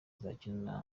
izakina